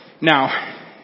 Now